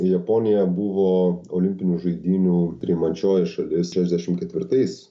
japonija buvo olimpinių žaidynių priimančioji šalis šešdešimt ketvirtais